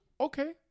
okay